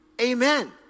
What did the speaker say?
Amen